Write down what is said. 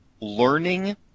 learning